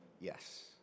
Yes